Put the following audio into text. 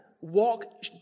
walk